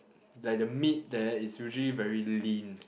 like the meat there is usually very lean